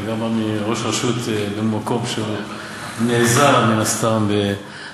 אתה בא מראש רשות במקום שנעזר מן